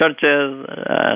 churches